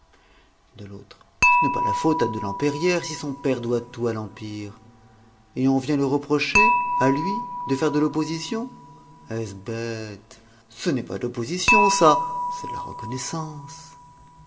de l'autre ce n'est pas la faute à de l'ampérière si son père doit tout à l'empire et on vient lui reprocher à lui de faire de l'opposition est-ce bête ce n'est pas de l'opposition ça c'est de la reconnaissance